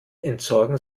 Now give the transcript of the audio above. entsorgen